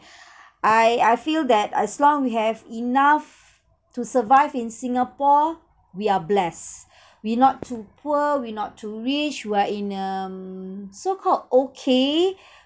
I I feel that as long we have enough to survive in singapore we are blessed we not too poor we not too rich we're in um so called okay